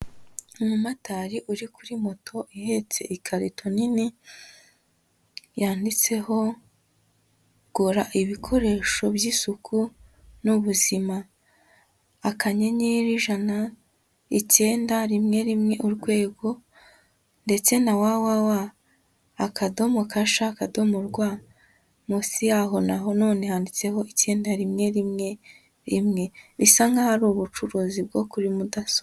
Umumotari uri kuri moto ihetse ikarito nini yanditseho gura ibikoresho by'isuku n'ubuzima, akanyenyeri ijana, ikenda rimwe rimwe urwego, ndetse na wawawa akadomo kasha akadomo rwa. Munsi yaho nanone handitseho ikenda rimwe rimwe, rimwe bisa nkaho ari ubucuruzi bwo kuri mudasobwa.